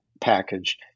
package